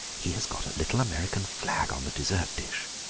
he has got a little american flag on the dessert dish,